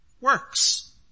works